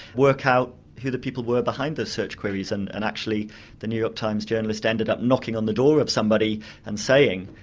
work out who the people were behind the search queries. and and actually the new york times journalist ended up knocking on the door of somebody and saying,